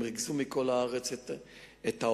הם ריכזו מכל הארץ את ההורים,